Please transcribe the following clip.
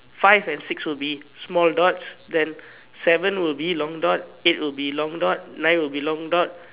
five and six will be small dots then seven will be long dot eight will be long dot nine will be long dot